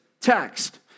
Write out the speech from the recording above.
text